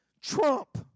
Trump